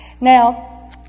now